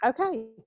Okay